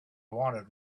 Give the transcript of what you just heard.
wanted